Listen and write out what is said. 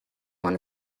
one